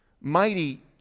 mighty